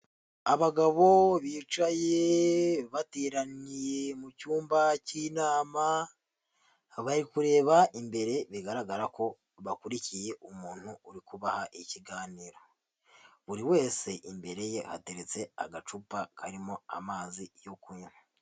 Abagabo bicaye bateraniye mu cyumba k'inama, bari kureba imbere bigaragara ko bakurikiye umuntu uri kubaha ikiganiro, buri wese imbere ye ateretse agacupa karimo amazi yo kunywa.